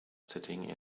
sitting